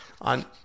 on